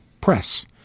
press